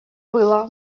было